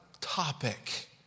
topic